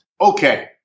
Okay